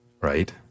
right